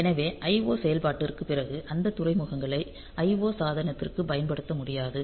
எனவே IO செயல்பாட்டிற்குப் பிறகு அந்த துறைமுகங்களை IO சாதனத்திற்கு பயன்படுத்த முடியாது